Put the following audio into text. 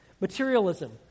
Materialism